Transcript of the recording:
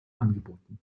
angeboten